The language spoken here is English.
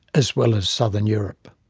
as well as southern europe.